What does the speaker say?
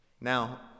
Now